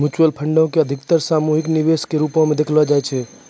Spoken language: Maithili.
म्युचुअल फंडो के अधिकतर सामूहिक निवेश के रुपो मे देखलो जाय छै